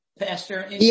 Pastor